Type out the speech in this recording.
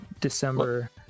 December